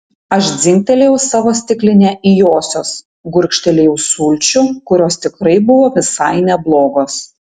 aš dzingtelėjau savo stikline į josios gurkštelėjau sulčių kurios tikrai buvo visai neblogos